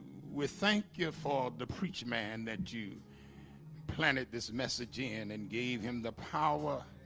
we thank you for the preached man that you planted this message in and gave him the power